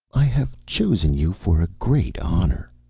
i have chosen you for a great honor,